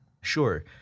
Sure